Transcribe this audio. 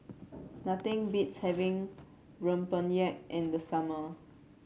nothing beats having rempeyek in the summer